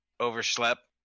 overslept